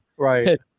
right